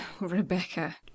Rebecca